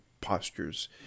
postures